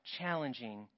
challenging